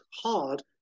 hard